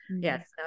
yes